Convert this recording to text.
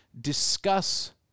discuss